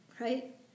Right